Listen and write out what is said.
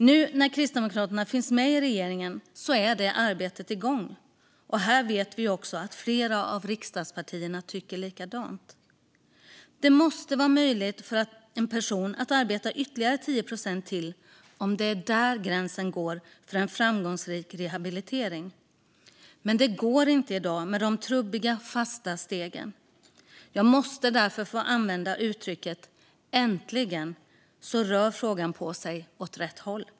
Nu när Kristdemokraterna finns med i regeringen är detta arbete igång. Vi vet ju också att flera av riksdagspartierna tycker likadant. Det måste vara möjligt för en person att arbeta ytterligare 10 procent om det är där gränsen går för en framgångsrik rehabilitering, men det går inte i dag med de trubbiga fasta stegen. Jag måste därför få säga: Äntligen rör sig frågan åt rätt håll!